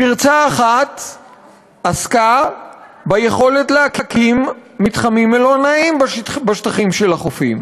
פרצה אחת עסקה ביכולת להקים מתחמים מלונאיים בשטחים של החופים,